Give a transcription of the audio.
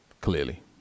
Clearly